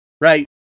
right